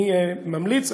אני ממליץ,